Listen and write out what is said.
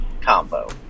combo